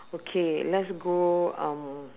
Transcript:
okay let's go um